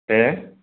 हा